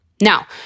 Now